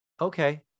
okay